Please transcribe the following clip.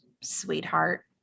sweetheart